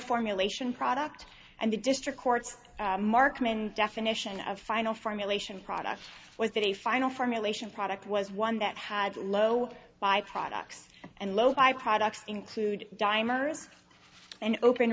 formulation product and the district court's markman definition of final formulation product was that a final formulation product was one that had low by products and low by products include diners and open